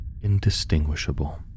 indistinguishable